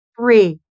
three